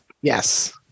Yes